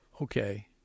okay